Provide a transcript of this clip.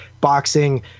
boxing